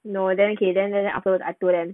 no then okay then then then afterward I told them